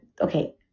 okay